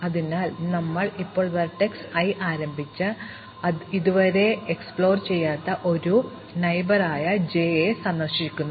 അതിനാൽ ഞങ്ങൾ ഇപ്പോൾ വെർട്ടെക്സ് i ആരംഭിച്ച് ഇതുവരെ പര്യവേക്ഷണം ചെയ്യാത്ത ആദ്യ അയൽക്കാരനായ j സന്ദർശിക്കുന്നു